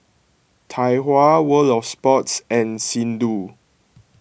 Tai Hua World of Sports and Xndo